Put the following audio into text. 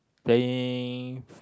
playing